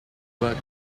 work